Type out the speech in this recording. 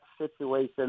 situation